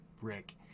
Rick